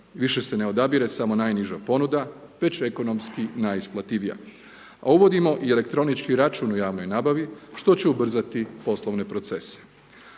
Više se ne odabire samo najniža ponuda već ekonomski najisplativija. A uvodimo i elektronički račun u javnoj nabavi što će ubrzati poslovne procese.